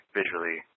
visually